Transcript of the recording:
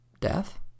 Death